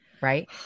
Right